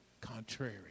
contrary